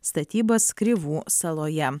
statybas krivų saloje